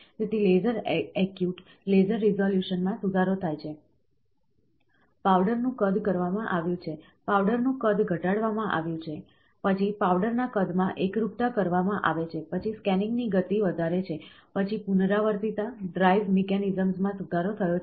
તેથી laser acute laser રિઝોલ્યુશનમાં સુધારો થયો છે પાવડરનું કદ કરવામાં આવ્યું છે પાવડરનું કદ ઘટાડવામાં આવ્યું છે પછી પાવડરના કદમાં એકરૂપતા કરવામાં આવે છે પછી સ્કેનીંગની ગતિ વધારે છે પછી પુનરાવર્તિતતા ડ્રાઇવ મિકેનિઝમ્સમાં સુધારો થયો છે